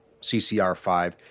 CCR5